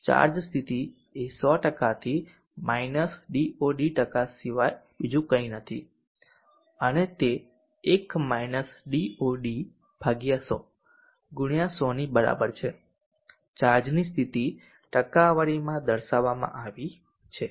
charge સ્થિતિ એ 100 DoD સિવાય બીજું કંઈ નથી અને તે 1 DoD 100 x 100 ની બરાબર છે ચાર્જની સ્થિતિ ટકાવારીમાં દર્શાવવામાં આવી છે